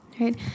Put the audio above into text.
right